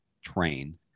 train